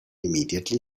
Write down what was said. immediately